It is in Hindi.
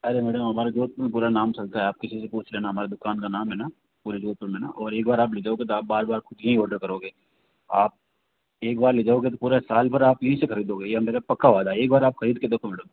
अरे मैडम हमारे चौक में पूरा नाम चलता है आप किसी से भी पूछ लेना हमारे दुकान का नाम है ना पूरे जोधपुर में और एक बार आप ले जाओगे तो आप बार बार खुद ही ऑर्डर करोगे आप एक बार ले जाओगे तो पूरे साल भर आप यहीं से खरीदोगे यह मेरा पक्का वादा है एक बार खरीद के देखो मैडम